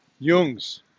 Jungs